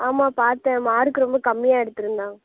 ஆமா பார்த்தேன் மார்க்கு ரொம்ப கம்மியாக எடுத்து இருந்தான்